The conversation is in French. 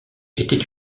était